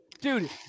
dude